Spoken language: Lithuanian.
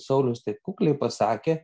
saulius taip kukliai pasakė